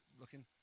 looking